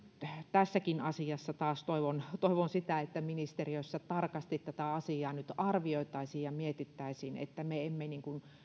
tässäkin asiassa taas toivon sitä että ministeriössä tarkasti tätä asiaa nyt arvioitaisiin ja mietittäisiin että me emme nyt